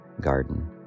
garden